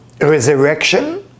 resurrection